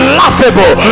laughable